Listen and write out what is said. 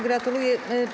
Gratuluję.